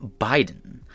Biden